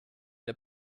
der